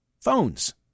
phones